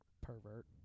pervert